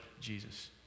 Jesus